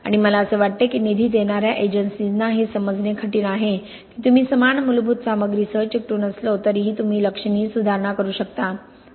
आणि मला असे वाटते की निधी देणार्या एजन्सीजना हे समजणे कठीण आहे की तुम्ही समान मूलभूत सामग्रीसह चिकटून असलो तरीही तुम्ही लक्षणीय सुधारणा करू शकता